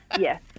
yes